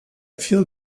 feel